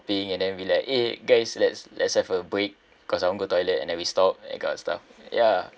and then be like eh guys let's let's have a break because I want go toilet and then we stop that kind of stuff ya